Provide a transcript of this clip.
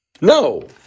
No